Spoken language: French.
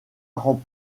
rend